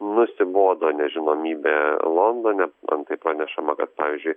nusibodo nežinomybė londone antai pranešama kad pavyzdžiui